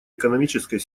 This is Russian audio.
экономической